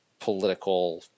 political